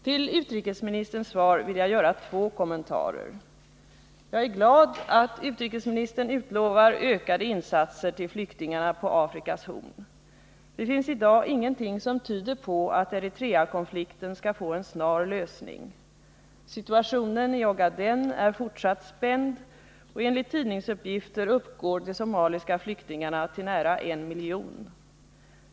Till utrikesministerns svar vill jag göra två kommentarer. Jag är glad att utrikesministern utlovar ökade insatser till flyktingarna på Afrikas horn. Det finns i dag ingenting som tyder på att Eritreakonflikten skall få en snar lösning. Situationen i Ogaden är fortfarande spänd, och enligt tidningsuppgifter uppgår de somaliska flyktingarna till nära en miljon.